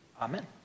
Amen